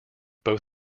both